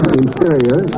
interior